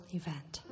event